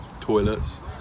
toilets